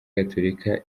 gatolika